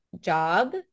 job